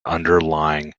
underlying